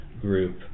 group